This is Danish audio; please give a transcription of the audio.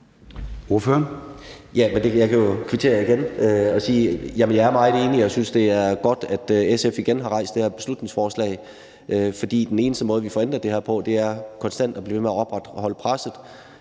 det er godt, at SF igen har fremsat det her beslutningsforslag, for den eneste måde, vi får ændret det her på, er konstant at blive ved med at opretholde presset